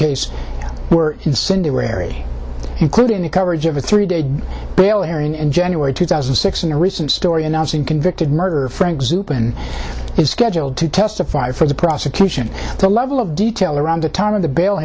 case were incendiary including the coverage of a three day bail hearing in january two thousand and six in a recent story announcing convicted murderer frank zupan is scheduled to testify for the prosecution the level of detail around the time of the bail